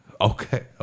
Okay